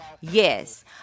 Yes